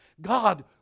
God